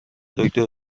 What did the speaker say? دکتر